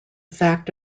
fact